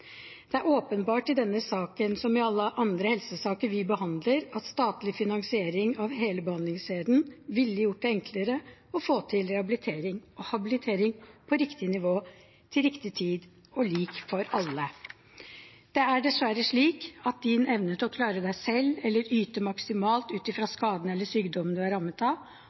Det er åpenbart i denne saken, som i alle andre helsesaker vi behandler, at statlig finansiering av hele behandlingskjeden ville gjort det enklere å få til rehabilitering og habilitering på riktig nivå til riktig tid, og lik for alle. Det er dessverre slik at din evne til å klare deg selv eller yte maksimalt ut fra skaden eller sykdommen du er rammet av,